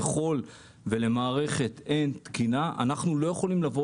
ככל ולמערכת אין תקינה אנחנו לא יכולים לבוא